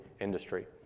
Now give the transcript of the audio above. industry